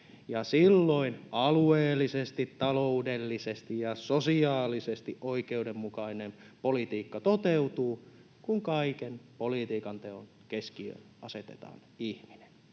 silloin alueellisesti, taloudellisesti ja sosiaalisesti oikeudenmukainen politiikka toteutuu, kun kaiken politiikanteon keskiöön asetetaan ihminen.